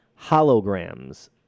holograms